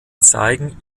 zeigen